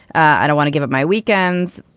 i don't want to give up my weekends.